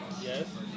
Yes